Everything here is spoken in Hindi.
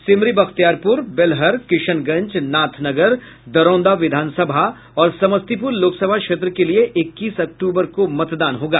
सिमरी बख्तियारपुर बेलहर किशनगंज नाथनगर दरौंदा विधानसभा और समस्तीपुर लोकसभा क्षेत्र के लिए इक्कीस अक्टूबर को मतदान होगा